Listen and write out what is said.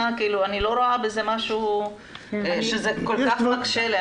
אני לא רואה בזה משהו שכל כך מקשה.